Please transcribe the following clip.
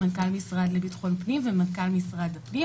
מנכ"ל המשרד לביטחון פנים ומנכ"ל משרד הפנים.